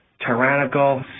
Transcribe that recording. tyrannical